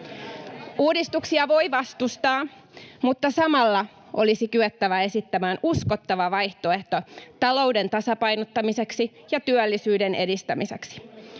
Uudistuksia voi vastustaa, mutta samalla olisi kyettävä esittämään uskottava vaihtoehto talouden tasapainottamiseksi ja työllisyyden edistämiseksi.